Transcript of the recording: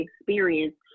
experience